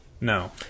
No